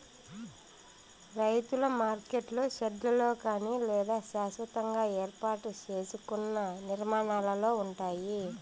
రైతుల మార్కెట్లు షెడ్లలో కానీ లేదా శాస్వతంగా ఏర్పాటు సేసుకున్న నిర్మాణాలలో ఉంటాయి